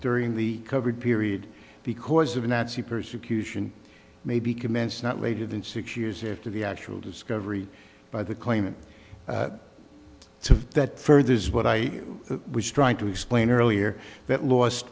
during the recovery period because of nazi persecution may be commenced not later than six years after the actual discovery by the claimant to that further is what i was trying to explain earlier that last